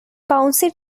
bouncy